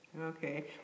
okay